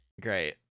Great